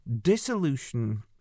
dissolution